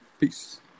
Peace